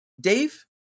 Dave